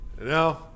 No